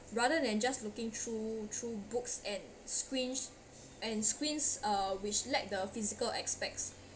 rather than just looking through through books and screens and screens uh which lack the physical aspects